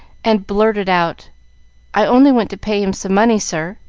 and blurted out i only went to pay him some money, sir.